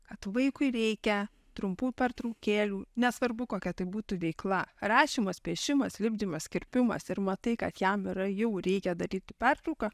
kad vaikui reikia trumpų pertraukėlių nesvarbu kokia tai būtų veikla rašymas piešimas lipdymas kirpimas ir matai kad jam yra jau reikia daryti pertrauką